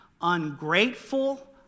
ungrateful